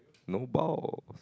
no balls